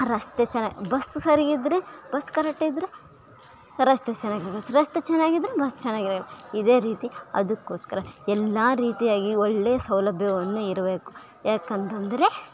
ರಸ್ತೆ ಚೆನ್ನ ಬಸ್ ಸರಿ ಇದ್ರೆ ಬಸ್ ಕರೆಕ್ಟ್ ಇದ್ರೆ ರಸ್ತೆ ಚೆನ್ನಾಗಿರಲ್ಲ ರಸ್ತೆ ಚೆನ್ನಾಗಿದ್ರೆ ಬಸ್ ಚನಾಗಿರೋಲ್ಲ ಇದೇ ರೀತಿ ಅದಕ್ಕೋಸ್ಕರ ಎಲ್ಲ ರೀತಿಯಾಗಿ ಒಳ್ಳೆ ಸೌಲಭ್ಯವನ್ನು ಇರಬೇಕು ಯಾಕಂತಂದರೆ